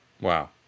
Wow